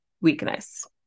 weakness